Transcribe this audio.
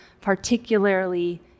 particularly